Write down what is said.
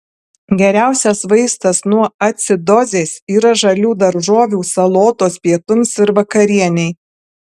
geriausias vaistas nuo acidozės yra žalių daržovių salotos pietums ir vakarienei